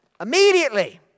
Immediately